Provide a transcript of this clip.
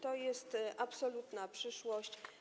To jest absolutna przyszłość.